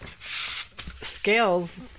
scales